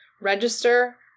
register